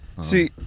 See